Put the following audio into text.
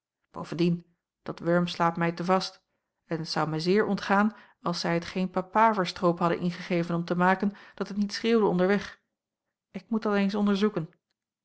bovendien dat wurm slaapt mij te vast en het zou mij zeer ontgaan als zij het geen papaver stroop hadden ingegeven om te maken dat het niet schreeuwde onderweg ik moet dat eens onderzoeken